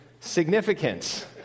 Significance